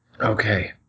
Okay